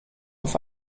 auf